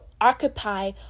occupy